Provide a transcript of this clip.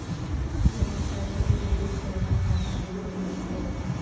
जमा पर्ची में भी तोहर खाता नंबर होतो